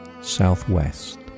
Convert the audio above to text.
southwest